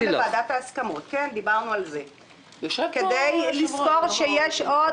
כל אחד מפה יפנה לוועדת ההסכמות כדי לזכור שיש עוד